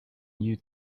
you